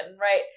right